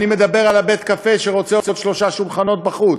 אני מדבר על בית-הקפה שרוצה עוד שלושה שולחנות בחוץ,